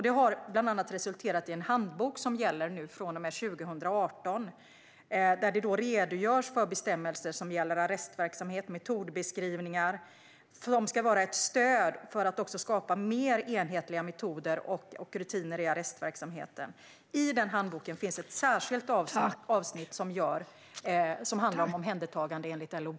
Detta har bland annat resulterat i en handbok som gäller från och med 2018, där det redogörs för bestämmelser som gäller arrestverksamhet och metodbeskrivningar, som ska vara ett stöd för att skapa mer enhetliga metoder och rutiner i arrestverksamheten. I denna handbok finns ett särskilt avsnitt som handlar om omhändertagande enligt LOB.